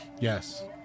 Yes